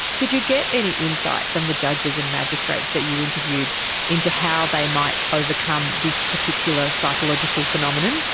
did you get any insight from the judges and magistrates that you interviewed into how they might overcome this particular psychological phenomenon?